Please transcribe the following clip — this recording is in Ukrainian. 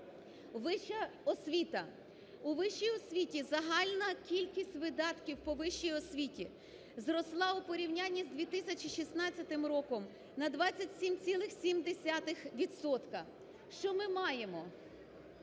Вища освіта. У вищій освіти загальна кількість видатків по вищій освіті зросла, в порівнянні з 2016 роком, на 27,7 відсотка. Що ми маємо?